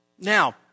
Now